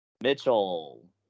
Mitchell